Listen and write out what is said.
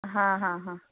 ಹಾಂ ಹಾಂ ಹಾಂ